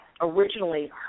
originally